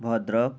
Bhadrak